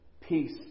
Peace